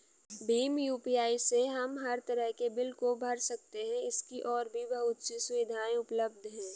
Bhim UPI से हम हर तरह के बिल को भर सकते है, इसकी और भी बहुत सी सुविधाएं उपलब्ध है